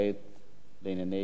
לענייני צעירים.